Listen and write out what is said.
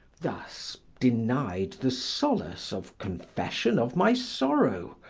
thus, denied the solace of confession of my sorrow,